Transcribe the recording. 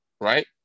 right